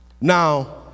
Now